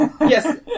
Yes